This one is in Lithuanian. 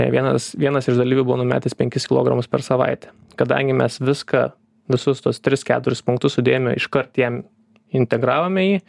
vienas vienas iš dalyvių buvo numetęs penkis kilogramus per savaitę kadangi mes viską visus tuos tris keturis punktus sudėjome iškart jam integravome jį